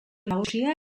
nagusia